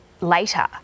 later